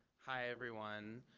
hi everyone.